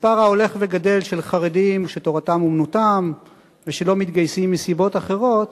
המספר ההולך וגדל של חרדים שתורתם אומנותם ושלא מתגייסים מסיבות אחרות